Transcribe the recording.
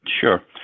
Sure